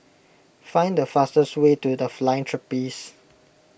find the fastest way to the Flying Trapeze